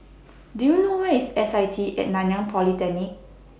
Do YOU know Where IS S I T At Nanyang Polytechnic